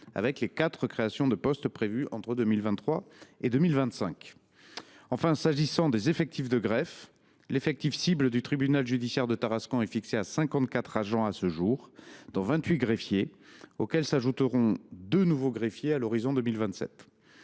avec les quatre créations de poste prévues entre 2023 et 2025. Enfin, s’agissant des effectifs de greffe, l’effectif cible du tribunal judiciaire de Tarascon est fixé à cinquante quatre agents à ce jour, dont vingt huit greffiers, auxquels s’ajouteront deux nouveaux greffiers à l’horizon 2027.